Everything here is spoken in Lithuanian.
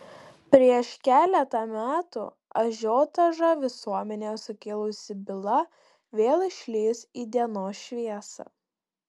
prieš keletą metų ažiotažą visuomenėje sukėlusi byla vėl išlįs į dienos šviesą